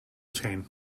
chain